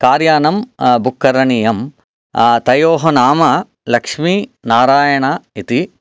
कार्यानं बुक् करणीयं तयोः नाम लक्ष्मी नारायण इति